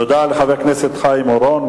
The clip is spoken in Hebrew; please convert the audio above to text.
תודה לחבר הכנסת חיים אורון,